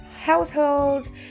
households